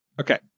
Okay